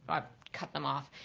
i cut them off.